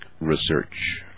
research